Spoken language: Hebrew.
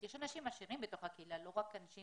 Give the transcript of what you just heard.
יש אנשים עשירים בתוך הקהילה, לא רק אנשים